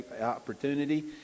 opportunity